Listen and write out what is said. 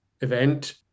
event